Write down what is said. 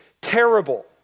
terrible